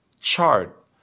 chart